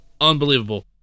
Unbelievable